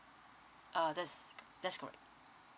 uh that's that's correct